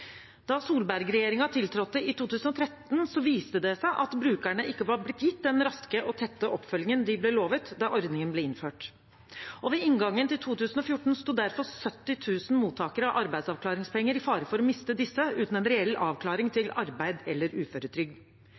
Da Solberg-regjeringen tiltrådte i 2013, viste det seg at brukerne ikke var blitt gitt den raske og tette oppfølgingen de ble lovet da ordningen ble innført. Ved inngangen til 2014 sto derfor 70 000 mottakere av arbeidsavklaringspenger i fare for å miste disse uten en reell avklaring til arbeid eller uføretrygd.